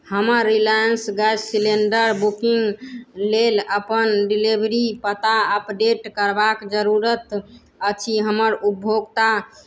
हमर Reliance gas cylinder booking लेल अपन डिलीवरी पता अपडेट करबाक जरूरत अछि हमर उपभोक्ता